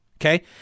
Okay